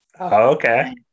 Okay